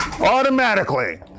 automatically